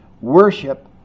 worship